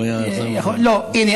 הינה,